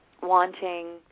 wanting